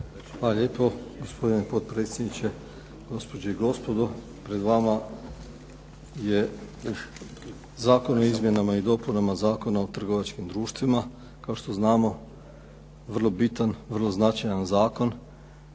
lijepo, gospodine potpredsjedniče. Gospođe i gospodo. Pred vama je Zakon o izmjenama i dopunama Zakona o trgovačkim društvima, kao što znamo vrlo bitan, vrlo značajan zakon